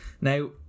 Now